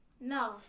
no